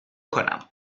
کنم